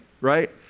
right